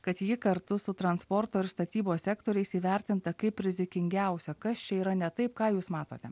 kad ji kartu su transporto ir statybos sektoriais įvertinta kaip rizikingiausia kas čia yra ne taip ką jūs matote